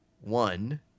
one